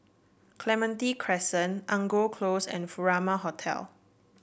Clementi Crescent Angora Close and Furama Hotel